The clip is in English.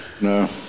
no